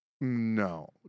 No